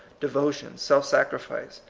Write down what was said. devotion, self-sacrifice,